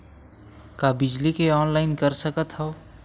का बिजली के ऑनलाइन कर सकत हव?